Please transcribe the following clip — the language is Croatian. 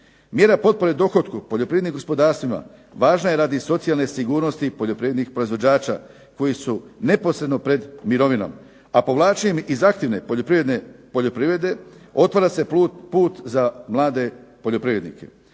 Mjera potpore dohotku poljoprivrednim gospodarstvima važna je radi socijalne sigurnosti poljoprivrednih proizvođača koji su neposredno pred mirovinom, a povlačenjem iz aktivne poljoprivredne poljoprivrede otvara se put za mlade poljoprivrednike.